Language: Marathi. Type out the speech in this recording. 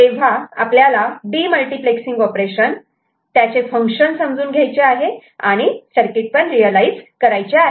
तेव्हा आपल्याला डीमल्टिप्लेक्ससिंग ऑपरेशन त्याचे फंक्शन समजून घ्यायचे आहे आणि सर्किट रियलायझ करायचे आहे